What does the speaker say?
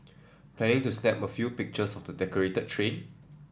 planning to snap a few pictures of the decorated train